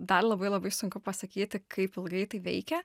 dar labai labai sunku pasakyti kaip ilgai tai veikia